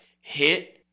hit